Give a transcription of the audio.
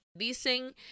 Dicen